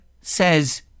says